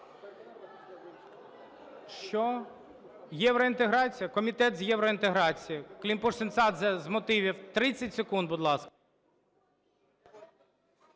Що? Євроінтеграція? Комітет з євроінтеграції, Климпуш-Цинцадзе з мотивів. 30 секунд, будь ласка.